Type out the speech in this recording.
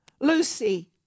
Lucy